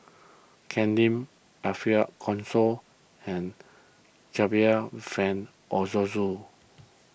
Ken Lim Ariff Bongso and Percival Frank Aroozoo